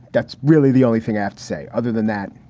that's really the only thing i have to say other than that.